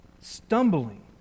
stumbling